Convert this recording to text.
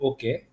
Okay